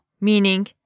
meaning